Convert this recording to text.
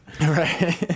Right